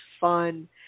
fun